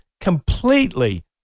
completely